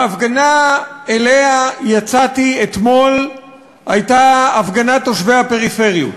ההפגנה שאליה יצאתי אתמול הייתה הפגנת תושבי הפריפריות: